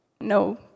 No